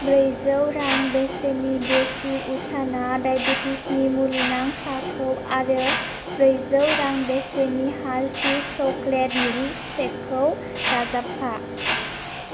ब्रैजौ रां बेसेननि देसि उथाना डायबेटिसनि मुलिनां साहाखौ आरो ब्रैजौ रां बेसेननि हारशिस सक्लेट मिल्क सेक खौ दाजाबफा